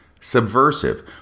Subversive